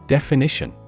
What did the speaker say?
Definition